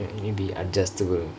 need to be adjustable